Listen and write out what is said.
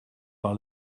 par